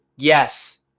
yes